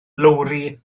lowri